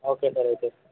okay sir okay sir